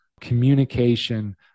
communication